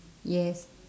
yes